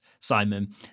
simon